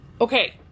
Okay